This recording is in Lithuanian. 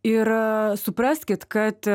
ir supraskit kad